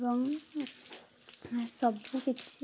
ଏବଂ ସବୁ କିଛି